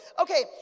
Okay